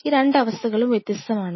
ഈ രണ്ടവസ്ഥകളും വ്യത്യസ്തമാണ്